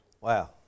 Wow